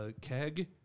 keg